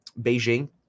Beijing